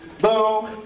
boom